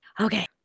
Okay